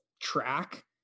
track